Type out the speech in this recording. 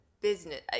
business